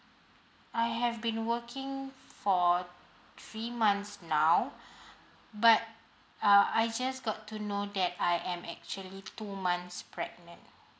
I have been working for three months now but uh I just got to know that I am actually two months pregnant